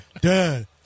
Dad